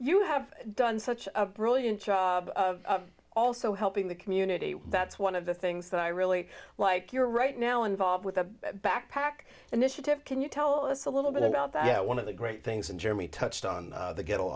you have done such a brilliant job also helping the community that's one of the things that i really like you're right now involved with a backpack initiative can you tell us a little bit about that one of the great things in germany touched on the ghetto